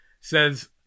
says